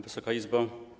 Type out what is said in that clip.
Wysoka Izbo!